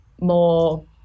more